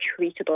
treatable